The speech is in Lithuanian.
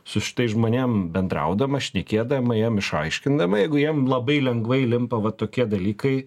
su šitais žmonėm bendraudama šnekėdama jiem išaiškindama jeigu jiem labai lengvai limpa va tokie dalykai